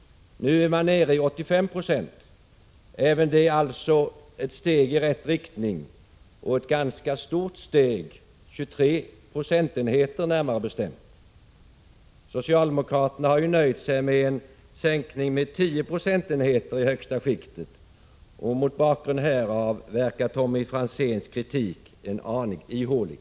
Nu är man nere i 85 26. Även det är alltså ett steg i rätt riktning, och ett ganska stort steg — närmare bestämt 23 procentenheter. Socialdemokraterna har ju nöjt sig med en sänkning med 10 procentenheter i det högsta skiktet. Mot bakgrund härav verkar Tommy Franzéns kritik en aning ihålig.